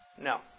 No